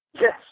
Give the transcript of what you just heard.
Yes